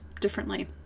differently